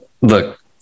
Look